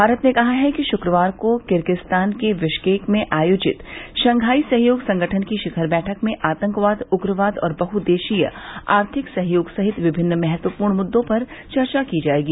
भारत ने कहा है कि शुक्रवार को किर्गीस्तान के बिश्केक में आयोजित शंघाई सहयोग संगठन की शिखर बैठक में आतंकवाद उग्रवाद और बहुदेशीय आर्थिक सहयोग सहित विभिन्न महत्वपूर्ण मुद्दों पर चर्चा की जायेगी